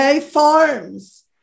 farms